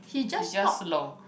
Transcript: she's just slow